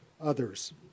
others